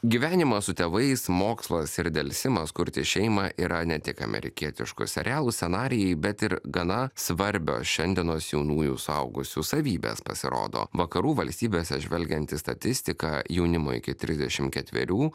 gyvenimą su tėvais mokslas ir delsimas kurti šeimą yra ne tik amerikietiškų serialų scenarijai bet ir gana svarbios šiandienos jaunųjų suaugusių savybės pasirodo vakarų valstybėse žvelgiant į statistiką jaunimo iki trisdešim ketverių